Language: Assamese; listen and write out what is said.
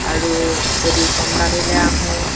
আৰু যদি কম দামীলৈ আহোঁ